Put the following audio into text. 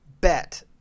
bet